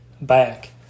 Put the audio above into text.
back